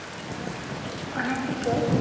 ᱚᱱᱟ ᱪᱤᱠᱟᱹ